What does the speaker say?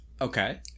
okay